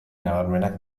nabarmenak